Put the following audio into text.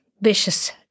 vicious